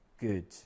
good